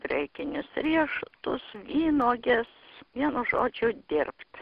graikinius riešutus vynuoges vienu žodžiu dirbt